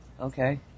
Okay